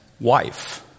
wife